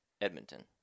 Edmonton